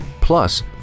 plus